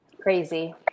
crazy